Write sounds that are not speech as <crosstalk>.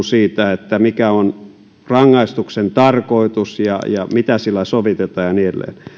<unintelligible> siitä mikä on rangaistuksen tarkoitus ja ja mitä sillä sovitetaan ja niin edelleen